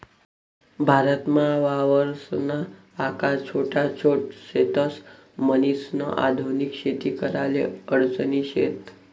भारतमा वावरसना आकार छोटा छोट शेतस, म्हणीसन आधुनिक शेती कराले अडचणी शेत